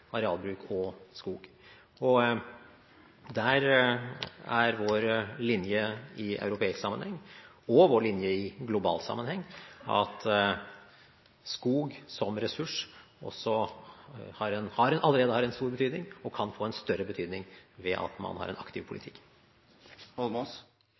arealbruk og skog. Der er vår linje i europeisk sammenheng – og vår linje i global sammenheng – at skog som ressurs allerede har en stor betydning og kan få en større betydning ved at man har en aktiv